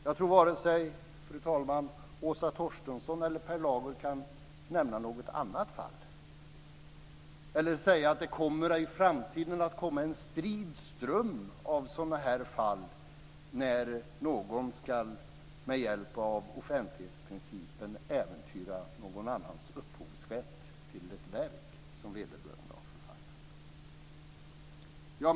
Jag tror att varken Åsa Torstensson eller Per Lager kan nämna något annat fall eller säga att det i framtiden kommer att bli en strid ström av sådana här fall där någon med hjälp av offentlighetsprincipen ska äventyra någon annans upphovsrätt till ett verk som vederbörande har författat.